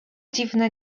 dziwny